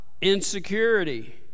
insecurity